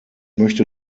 möchte